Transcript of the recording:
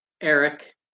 Eric